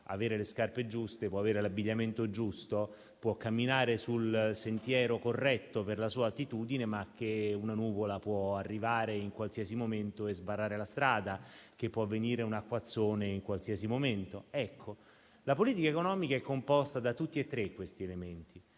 avere le scarpe giuste, può avere l'abbigliamento giusto, può camminare sul sentiero corretto per la sua attitudine, ma che una nuvola può arrivare in qualsiasi momento e sbarrare la strada, che può venire un acquazzone in qualsiasi momento. La politica economica è composta da tutti e tre questi elementi.